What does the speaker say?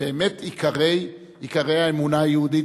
באמת עיקרי האמונה היהודית,